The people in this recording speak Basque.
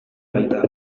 baita